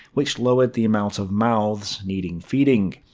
which lowered the amount of mouths needing feeding.